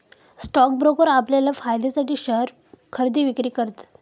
stock broker आपल्या फायद्यासाठी share खरेदी विक्री करतत